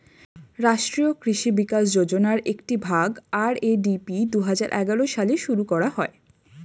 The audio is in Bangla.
রাষ্ট্রীয় কৃষি বিকাশ যোজনার একটি ভাগ, আর.এ.ডি.পি দুহাজার এগারো সালে শুরু করা হয়